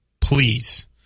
please